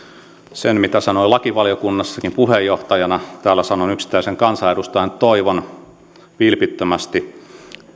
sen mitä sanoin lakivaliokunnassakin puheenjohtajana täällä sanon yksittäisenä kansanedustajana että toivon vilpittömästi